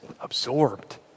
absorbed